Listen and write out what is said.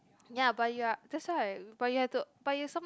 ya but you are that's why but you have to but you have some